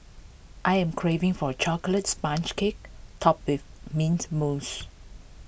I am craving for A Chocolate Sponge Cake Topped with Mint Mousse